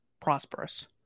prosperous